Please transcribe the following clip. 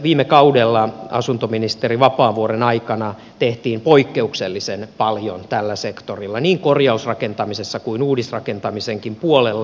viime kaudella asuntoministeri vapaavuoren aikana tehtiin poikkeuksellisen paljon tällä sektorilla niin korjausrakentamisessa kuin uudisrakentamisenkin puolella